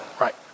Right